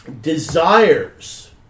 desires